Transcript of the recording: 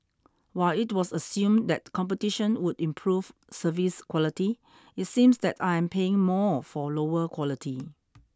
while it was assumed that competition would improve service quality it seems that I am paying more for lower quality